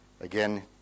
again